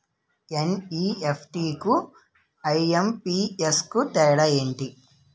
NEFT కు IMPS కు తేడా ఎంటి?